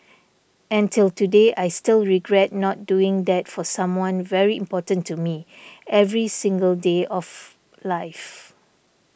and till today I still regret not doing that for someone very important to me every single day of life